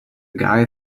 guy